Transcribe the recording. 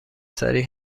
سریع